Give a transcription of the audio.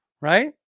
right